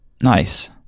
nice